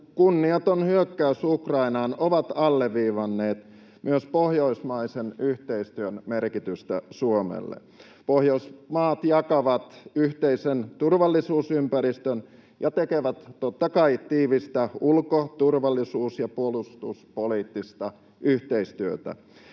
kunniaton hyökkäys Ukrainaan ovat alleviivanneet myös pohjoismaisen yhteistyön merkitystä Suomelle. Pohjoismaat jakavat yhteisen turvallisuusympäristön ja tekevät, totta kai, tiivistä ulko-, turvallisuus- ja puolustuspoliittista yhteistyötä.